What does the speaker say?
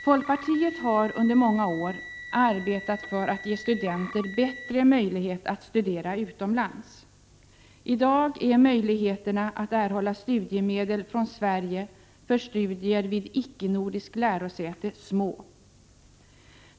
Folkpartiet har under många år arbetat för att ge studenter bättre möjlighet att studera utomlands. I dag är möjligheterna att erhålla studiemedel från Sverige för studier vid icke-nordiskt lärosäte små.